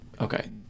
Okay